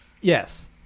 yes